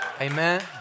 Amen